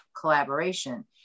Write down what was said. collaboration